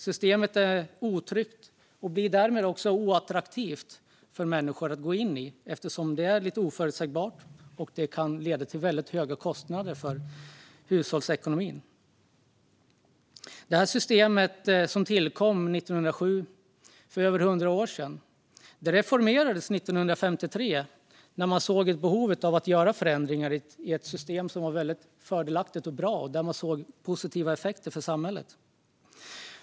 Systemet är otryggt och blir därmed också oattraktivt för människor att gå in i just eftersom det är lite oförutsägbart och kan leda till väldigt höga kostnader för hushållsekonomin. Detta system tillkom 1907, för över 100 år sedan, och reformerades 1953, när man såg ett behov av att göra förändringar i ett system som var fördelaktigt och bra och där man såg positiva effekter för samhället.